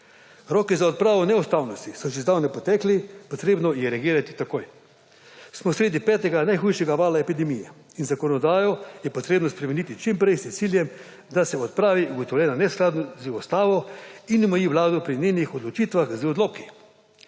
Roki za odpravo neustavnosti so že zdavnaj potekli, treba je reagirati takoj. Smo sredi petega, najhujšega, vala epidemije in zakonodajo je treba sprejeti čim prej s ciljem, da se odpravi ugotovljena neskladnost z ustavo in omeji vlado pri njenih odločitvah z odloki.